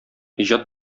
иҗат